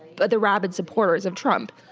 but the rabid supporters of trump.